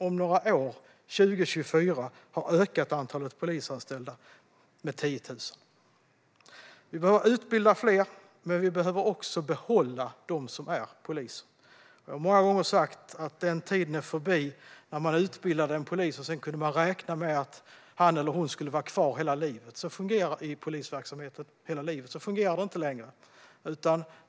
Om några år, 2024, har antalet polisanställda ökat med 10 000. Fler behöver utbildas, men fler poliser måste behållas. Jag har många gånger sagt att den tiden är förbi när man kunde räkna med att en utbildad polis skulle stanna kvar i polisverksamheten hela livet. Så fungerar det inte längre.